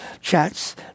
chats